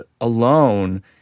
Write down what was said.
alone